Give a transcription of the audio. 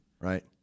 Right